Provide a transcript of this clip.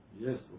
Yes